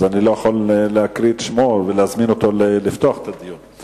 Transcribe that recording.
אז אני לא יכול להקריא את שמו ולהזמין אותו לפתוח את הדיון.